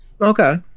Okay